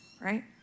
right